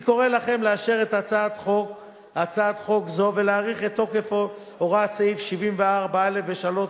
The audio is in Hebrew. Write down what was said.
אני קורא לכם לאשר את הצעת חוק זו ולהאריך את תוקף הוראת סעיף 74א בשלוש